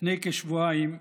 לפני כשבועיים,